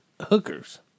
hookers